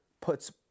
puts